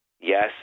yes